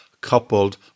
coupled